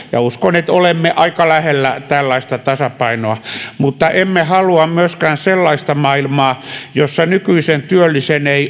ja uskon että olemme aika lähellä tällaista tasapainoa mutta emme halua myöskään sellaista maailmaa jossa nykyisen työllisen ei